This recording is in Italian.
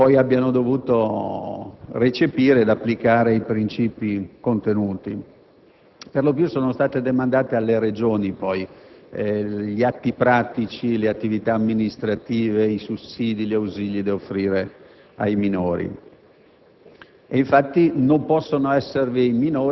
le leggi dei Parlamenti abbiano dovuto recepire ed applicare i princìpi in essa contenuti. Per lo più, sono stati demandati alle Regioni gli atti pratici, le attività amministrative, i sussidi e gli ausili da offrire ai minori.